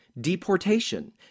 deportation